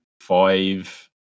five